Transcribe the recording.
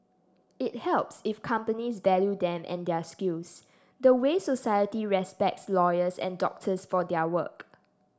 it helps if companies value them and their skills the way society respects lawyers and doctors for their work